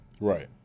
right